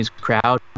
crowd